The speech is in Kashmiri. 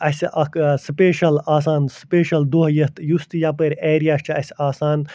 اَسہِ اکھ سٕپیشَل آسان سٕپیشل دۄہ یَتھ یُس تہِ یپٲرۍ ایریا چھِ اَسہِ آسان